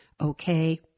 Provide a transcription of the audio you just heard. okay